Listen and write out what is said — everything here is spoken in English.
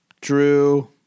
Drew